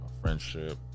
friendship